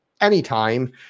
anytime